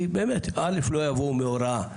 כי אף אחד לא יבוא מהוראה,